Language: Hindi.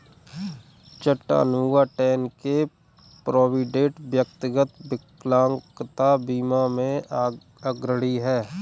चट्टानूगा, टेन्न के प्रोविडेंट, व्यक्तिगत विकलांगता बीमा में अग्रणी हैं